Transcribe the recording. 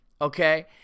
Okay